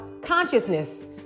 consciousness